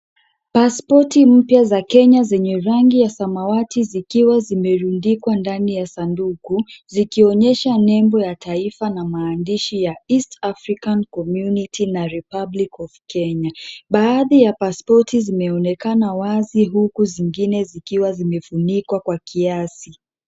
Pasipoti mpya za kenya zenye rangi ya samawati zikiwa zimerundikwa ndani ya sanduku, zikionyesha nembo ya taifa na maandishi ya East African communty na republic of Kenya. Baadhi ya pasipoti zimeonekana wazi huku zingine zikiwa zimefunikwa kwa kiasi.